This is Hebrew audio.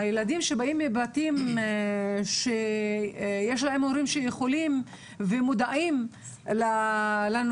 הילדים שבאים מבתים שיש להם הורים שיכולים ומודעים לנושא,